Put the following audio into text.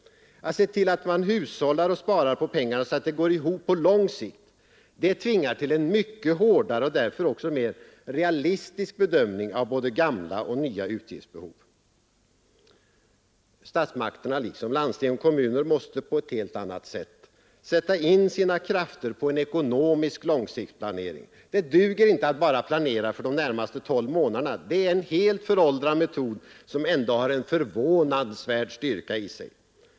Att se till att man hushållar och sparar på pengarna så att det går ihop på lång sikt, det tvingar till en mycket hårdare och därför också mer realistisk bedömning av både gamla och nya utgiftsbehov. Statsmakterna liksom landsting och kommuner måste på ett helt annat sätt sätta in sina krafter på en ekonomisk långsiktsplanering. Det duger inte att bara planera för de närmaste tolv månaderna. Det är en helt föråldrad metod, som ändå har en förvånansvärd styrka i sig.